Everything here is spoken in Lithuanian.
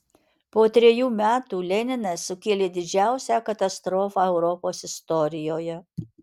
po trejų metų leninas sukėlė didžiausią katastrofą europos istorijoje